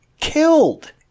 killed